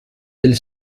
del